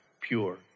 pure